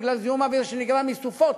בגלל זיהום אוויר שנגרם מסופות,